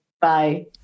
Bye